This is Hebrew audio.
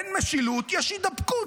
אין משילות, יש הידבקות.